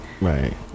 Right